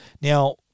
now